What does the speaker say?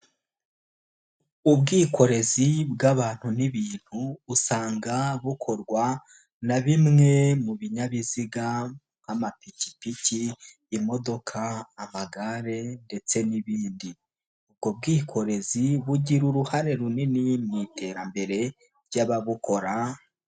Ubwikorezi bw'abantu n'ibintu usanga bukorwa na bimwe mu binyabiziga nk'amapikipiki, imodoka, amagare ndetse n'ibindi, ubwo bwikorezi bugira uruhare runini mu iterambere ry'ababukora.